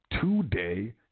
Today